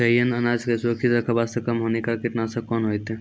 खैहियन अनाज के सुरक्षित रखे बास्ते, कम हानिकर कीटनासक कोंन होइतै?